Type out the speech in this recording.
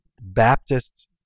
Baptist